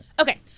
okay